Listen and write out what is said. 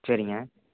சரிங்க